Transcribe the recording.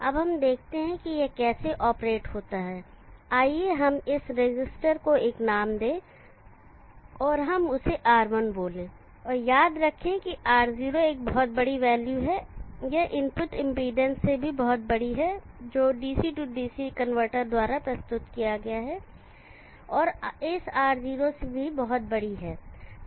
अब हम देखते हैं कि यह कैसे ऑपरेट होता है आइए हम इस रसिस्टर को एक नाम दें और हम उसे R1 बोले और याद रखें कि R0 एक बहुत बड़ी वैल्यू है यह इनपुट इंपीडेंस से बहुत बड़ी है जो DC DC कनवर्टर द्वारा प्रस्तुत किया गया है और इस R0 से भी बहुत बड़ी है